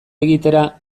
egitera